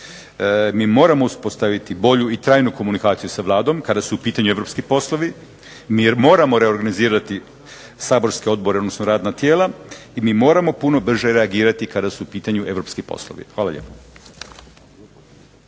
Mi moramo uspostaviti bolju i trajnu komunikaciju sa Vladom kada su u pitanju europski poslovi, mi moramo reorganizirati saborske odbore, odnosno radna tijela i mi moramo puno brže reagirati kada su u pitanju europski poslovi. Hvala lijepo.